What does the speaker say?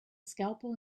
scalpel